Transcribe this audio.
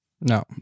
No